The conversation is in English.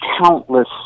countless